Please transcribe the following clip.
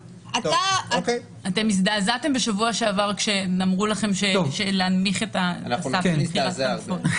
אתם הזדעזעתם בשבוע שעבר כשאמרו לכם להנמיך את --- בסל התרופות.